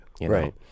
right